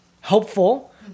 helpful